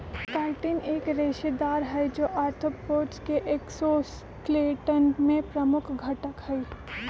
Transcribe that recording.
chitin एक रेशेदार हई, जो आर्थ्रोपोड्स के एक्सोस्केलेटन में प्रमुख घटक हई